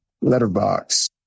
letterbox